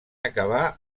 acabar